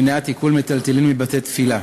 (מניעת עיקול מיטלטלין המשמשים לקיום תפילה),